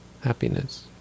happiness